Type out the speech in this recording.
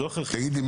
תגיד לי,